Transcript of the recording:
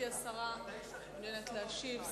גברתי השרה מעוניינת להשיב?